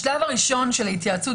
השלב הראשון של ההתייעצות,